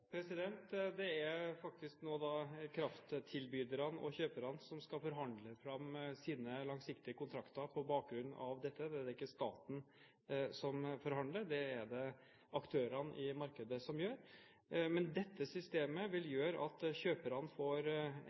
markedspris? Det er faktisk nå da krafttilbyderne og kjøperne som skal forhandle fram sine langsiktige kontrakter på bakgrunn av dette. Det er ikke staten som forhandler, det er det aktørene i markedet som gjør. Men dette systemet vil gjøre at kjøperne får